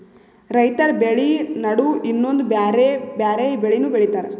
ರೈತರ್ ಬೆಳಿ ನಡು ಇನ್ನೊಂದ್ ಬ್ಯಾರೆ ಬ್ಯಾರೆ ಬೆಳಿನೂ ಬೆಳಿತಾರ್